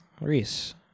reese